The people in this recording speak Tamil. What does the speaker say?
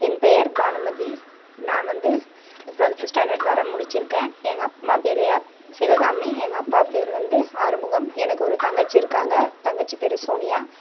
என் பெயர் பானுமதி நான் வந்து டுவெல்த்து ஸ்டாண்டர்ட் வர முடிச்சுருக்கேன் எங்கள் அம்மா பேர் அப் சிவகாமி எங்கள் அப்பா பேர் வந்து ஆறுமுகம் எனக்கு ஒரு தங்கச்சி இருக்காங்க தங்கச்சி பேர் சோனியா